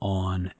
on